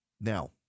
Now